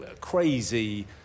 crazy